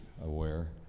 aware